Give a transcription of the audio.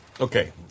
Okay